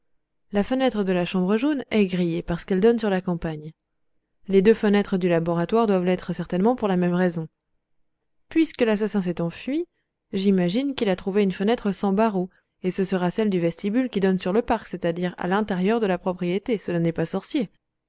la fenêtre de la chambre jaune est grillée parce qu'elle donne sur la campagne les deux fenêtres du laboratoire doivent l'être certainement pour la même raison puisque l'assassin s'est enfui j'imagine qu'il a trouvé une fenêtre sans barreaux et ce sera celle du vestibule qui donne sur le parc c'est-à-dire à l'intérieur de la propriété cela n'est pas sorcier